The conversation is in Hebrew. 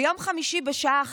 ביום חמישי בשעה